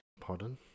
Pardon